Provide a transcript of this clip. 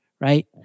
right